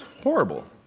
horrible,